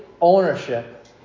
ownership